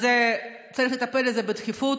אז צריך לטפל בזה בדחיפות,